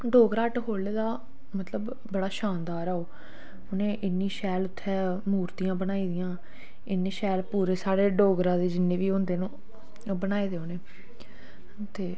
डोगरा हट खोल्ले दा मतलब बड़ा शानदार ऐ ओह् उ'नें इन्नी शैल उत्थै मर्तियां बनाई दियां इन्ने शैल पूरे साढ़े डोगरा दे जिन्ने बी होंदे न ओह् बनाए दे उ'नें ते